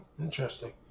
Interesting